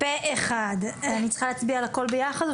הצבעה הסעיפים אושרו אני צריכה להצביע על הכל ביחד,